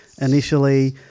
initially